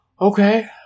Okay